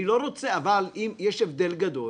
הדיון מאוד ספציפי.